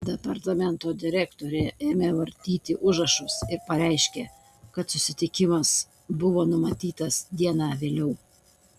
departamento direktorė ėmė vartyti užrašus ir pareiškė kad susitikimas buvo numatytas diena vėliau